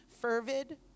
fervid